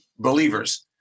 Believer's